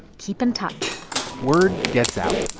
keep in touch word gets out.